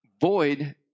void